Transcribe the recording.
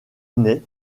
ney